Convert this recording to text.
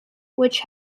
which